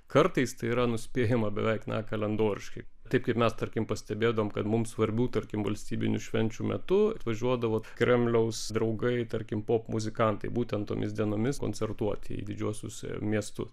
kartais tai yra nuspėjama beveik na kalendoriškai taip kaip mes tarkim pastebėdavom kad mums svarbių tarkim valstybinių švenčių metu atvažiuodavo kremliaus draugai tarkim pop muzikantai būtent tomis dienomis koncertuoti į didžiuosius miestus